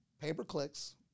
pay-per-clicks